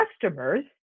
customers